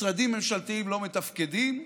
משרדים ממשלתיים לא מתפקדים.